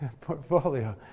portfolio